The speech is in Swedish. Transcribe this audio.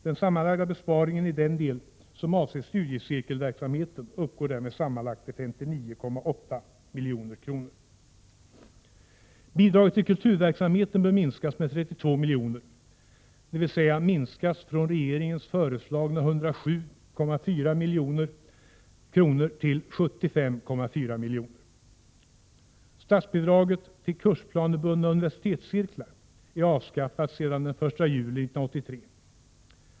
Den sammanlagda besparingen i den del som avser cirkelverksamheten uppgår därmed sammanlagt till 59,8 milj.kr. Statsbidraget till kursplanebundna universitetscirklar är avskaffat sedan den 1 juli 1983.